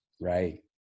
Right